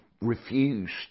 refused